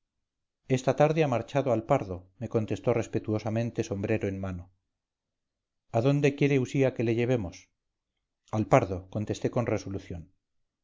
esta tarde ha marchado al pardo me contestó respetuosamente sombrero en mano a dónde quiere usía que le llevemos al pardo contesté con resolución